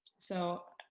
so,